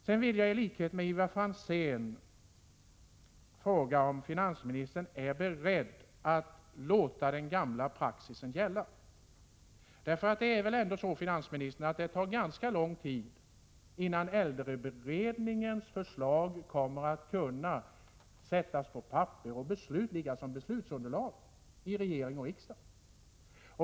Sedan vill jag i likhet med Ivar Franzén fråga om finansministern är beredd att låta den gamla praxisen gälla. För det är väl ändå så, finansministern, att det tar ganska lång tid innan äldreberedningens förslag kommer att kunna sättas på pränt och utgöra ett beslutsunderlag för regering och riksdag?